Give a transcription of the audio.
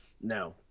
No